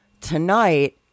tonight